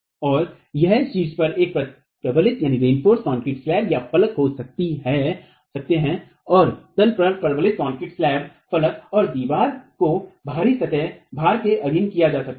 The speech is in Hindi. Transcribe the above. तो यह शीर्ष पर एक प्रबलित कंक्रीट स्लैबफलक हो सकता है और तल पर प्रबलित कंक्रीट स्लैबफलक और दीवार को बहरी सतह भार के अधीन किया जा सकता है